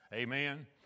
Amen